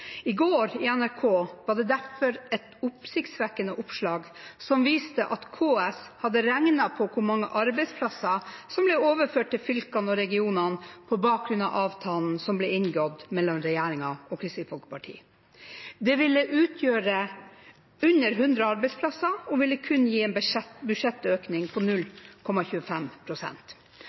i går var det et oppsiktsvekkende oppslag som viste at KS hadde regnet på hvor mange arbeidsplasser som blir overført til fylkene og regionene på bakgrunn av avtalen som ble inngått mellom regjeringen og Kristelig Folkeparti. Det ville utgjøre under 100 arbeidsplasser og ville kun gi en budsjettøkning på